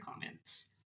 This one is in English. comments